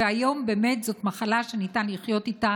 והיום באמת זאת מחלה שניתן לחיות איתה,